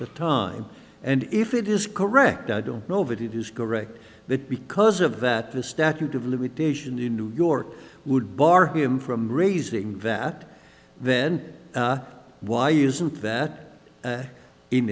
the time and if it is correct i don't know if it is correct that because of that the statute of limitations in new york would bar him from raising that then why isn't that